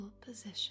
position